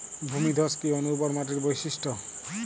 ভূমিধস কি অনুর্বর মাটির বৈশিষ্ট্য?